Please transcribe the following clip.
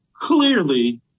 clearly